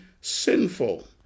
sinful